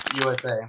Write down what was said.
usa